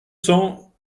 cent